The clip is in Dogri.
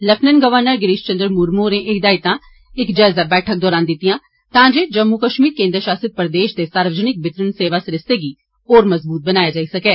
लैफ्टिनेंट गवर्नर गिरीश चन्द्र मुर्मू होरें एह् हिदायतां इक जायजा बैठक दरान दित्तियां तां जे जम्मू कश्मीर केन्द्र शासित प्रदेश दे सार्वजनिक वितरण सेवा सरिस्ता गी मजबूत बनाया जाई सकै